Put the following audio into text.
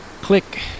click